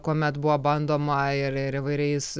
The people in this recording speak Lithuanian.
kuomet buvo bandoma ir ir įvairiais